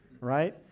right